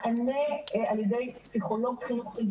מענה על ידי פסיכולוג חינוכי,